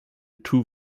two